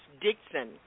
Dixon